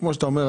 כמו שאתה אומר,